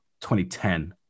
2010